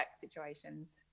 situations